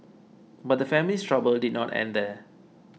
but the family's trouble did not end there